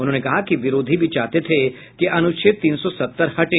उन्होंने कहा कि विरोधी भी चाहते थे कि अनुच्छेद तीन सौ सत्तर हटे